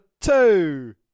two